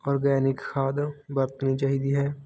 organic ਖਾਦ ਵਰਤਣੀ ਚਾਹੀਦੀ ਹੈ